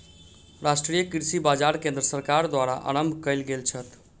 राष्ट्रीय कृषि बाजार केंद्र सरकार द्वारा आरम्भ कयल गेल छल